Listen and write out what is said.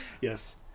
Yes